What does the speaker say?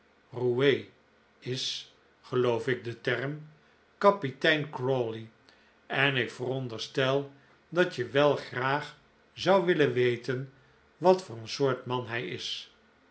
roue is geloof ik de term kapitein crawley en ik veronderstel dat je wel graag zou willen weten wat voor een soort man hij is